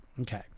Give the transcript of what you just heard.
Okay